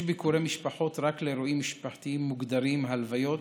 יש ביקורי משפחות רק לאירועים משפחתיים מוגדרים: הלוויות,